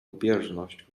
lubieżność